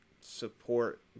support